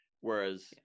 Whereas